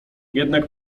jednak